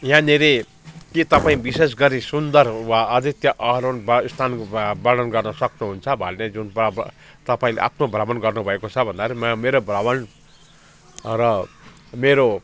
यहाँनेरि के तपाईँ विशेष गरी सुन्दर वा अद्वितीय अरुण वा स्थान वा वर्णन गर्नु सक्नु हुन्छ भन्ने जुन ब ब तपाईँले आफ्नो भ्रमण गर्नु भएको छ भन्दाखेरि म मेरो भ्रमण र मेरो